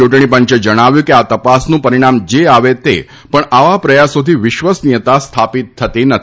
ચૂંટણી પંચે જણાવ્યું હતું કે આ તપાસનું જે પરિણામ આવે તે પણ આવા પ્રયાસોથી વિશ્વસનીયતા સ્થાપિત થતી નથી